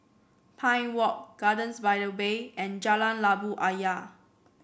Pine Walk Gardens by the Bay and Jalan Labu Ayer